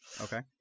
okay